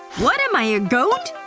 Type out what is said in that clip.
what am i, a goat?